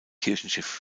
kirchenschiff